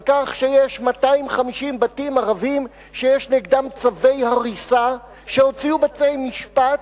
על כך שיש 250 בתים ערביים שיש נגדם צווי הריסה שהוציאו בתי-משפט,